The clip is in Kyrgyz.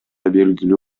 белгилүү